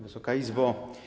Wysoka Izbo!